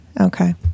Okay